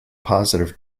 positive